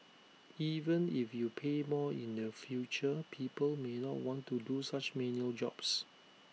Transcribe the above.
even if you pay more in the future people may not want to do such menial jobs